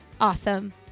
awesome